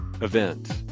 events